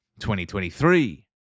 2023